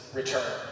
return